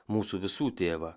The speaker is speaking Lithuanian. mūsų visų tėvą